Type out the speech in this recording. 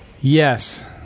Yes